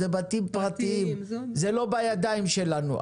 זה בתים פרטיים, זה לא בידיים שלנו.